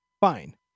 Fine